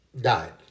died